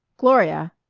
gloria,